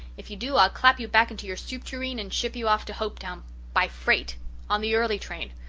if you do i'll clap you back into your soup tureen and ship you off to hopetown by freight on the early train.